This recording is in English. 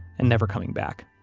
and never coming back